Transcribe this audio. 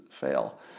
fail